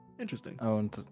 Interesting